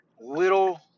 little